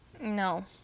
No